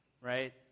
right